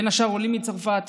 בין השאר עולים מצרפת,